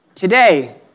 Today